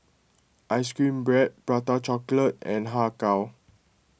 Ice Cream Bread Prata Chocolate and Har Kow